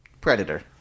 Predator